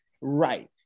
right